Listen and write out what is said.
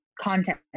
content